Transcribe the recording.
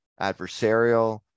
adversarial